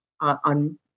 on